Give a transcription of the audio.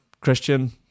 Christian